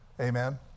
Amen